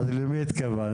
אז למי התכוונת?